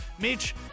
Mitch